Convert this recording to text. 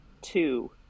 two